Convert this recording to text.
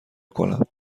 کنم